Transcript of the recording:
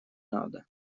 надо